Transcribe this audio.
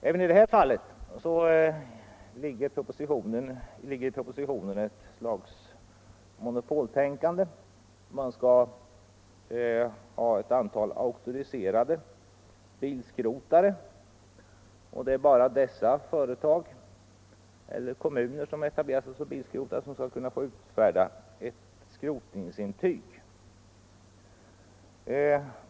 Även i detta fall ligger i propositionen ett slags monopoltänkande. Man vill ha ett antal auktoriserade bilskrotare, och det är bara dessa företag eller kommuner som etablerar sig som bilskrotare som skall få utfärda skrotningsintyg.